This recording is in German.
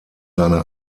seine